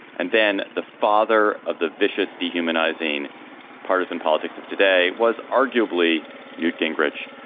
and then the father of the vicious, dehumanizing partisan politics of today was arguably newt gingrich.